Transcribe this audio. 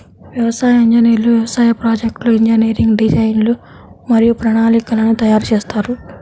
వ్యవసాయ ఇంజనీర్లు వ్యవసాయ ప్రాజెక్ట్లో ఇంజనీరింగ్ డిజైన్లు మరియు ప్రణాళికలను తయారు చేస్తారు